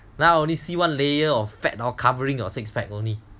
now only see one layer of fat hor covering your six pack only